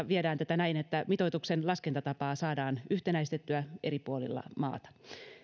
viedään näin että mitoituksen laskentatapaa saadaan yhtenäistettyä eri puolilla maata